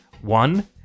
One